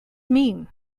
mean